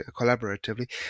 collaboratively